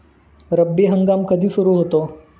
रब्बी हंगाम कधी सुरू होतो?